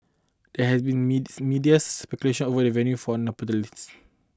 there has been meets media speculation over the venue for the nuptials